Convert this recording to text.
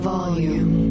Volume